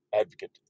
advocate